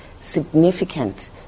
significant